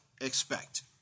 expect